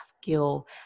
skill